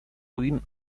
queen